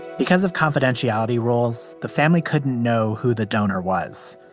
because of confidentiality rules, the family couldn't know who the donor was,